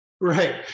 Right